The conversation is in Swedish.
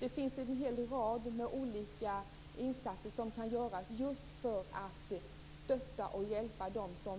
Det finns en hel rad olika insatser som kan göras just för att stötta och hjälpa dem som